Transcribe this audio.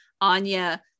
Anya